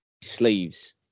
sleeves